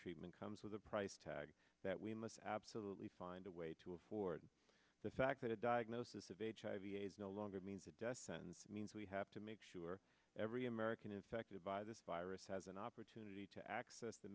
treatment comes with a price tag that we must absolutely find a way to afford the fact that a diagnosis of a hiv aids no longer means a death sentence means we have to make sure every american is affected by this virus has an opportunity to access the